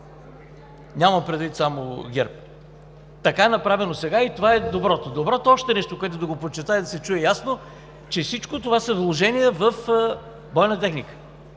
нямам предвид само ГЕРБ. Така е направено сега и това е доброто. Доброто е още нещо, което искам да подчертая и да се чуе ясно – че всичко това са вложения в бойна техника.